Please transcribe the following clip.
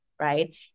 right